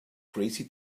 crazy